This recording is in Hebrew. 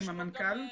עם המנכ"ל,